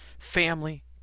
family